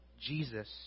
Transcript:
jesus